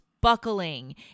buckling